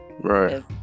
right